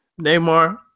Neymar